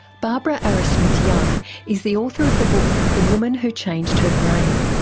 barbara arrowsmith-young is the author of the book the woman who changed her brain.